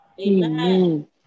Amen